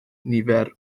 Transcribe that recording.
nifer